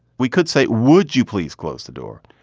we could say, would you please close the door?